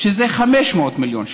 שזה 500 מיליון שקל,